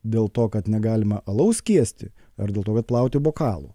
dėl to kad negalima alaus skiesti ar dėl to kad plauti bokalų